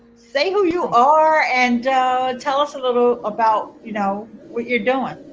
say who you are and tell us a little about you know what you're doing.